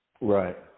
Right